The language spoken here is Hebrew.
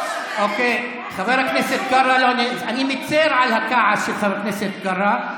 אני מצר על הכעס של חבר הכנסת קארה.